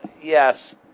Yes